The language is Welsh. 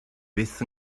fyth